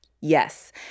Yes